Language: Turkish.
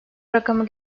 rakamı